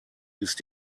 ist